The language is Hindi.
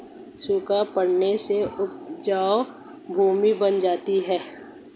सूखा पड़ने से उपजाऊ भूमि बंजर हो जाती है